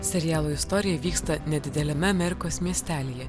serialo istorija vyksta nedideliame amerikos miestelyje